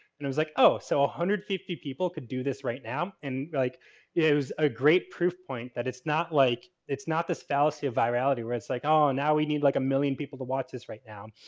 and it was like, oh, so, a hundred fifty people could do this right now. and like, it was a great proof point that it's not like, it's not this fallacy of virality where it's like, oh, now we need like a million people to watch this right now.